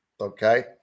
okay